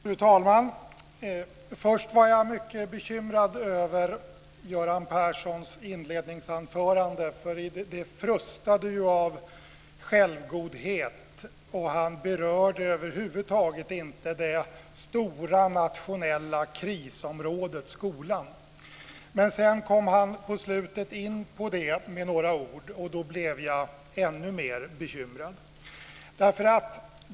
Fru talman! Först var jag mycket bekymrad över Göran Perssons inledningsanförande. I det frustade det av självgodhet. Han berörde över huvud taget inte det stora nationella krisområdet skolan. Men sedan kom han på slutet in på det med några ord. Då blev jag ännu mer bekymrad.